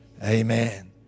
Amen